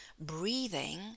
breathing